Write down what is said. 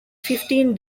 fifteen